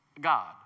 God